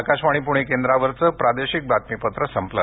आकाशवाणी पूणे केंद्रावरचं प्रादेशिक बातमीपत्र संपलं